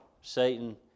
Satan